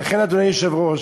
לכן, אדוני היושב-ראש,